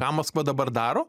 ką maskva dabar daro